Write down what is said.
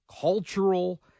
cultural